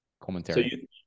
commentary